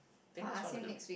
think that's one of the